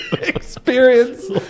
experience